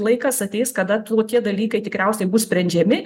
laikas ateis kada tokie dalykai tikriausiai bus sprendžiami